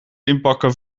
inpakken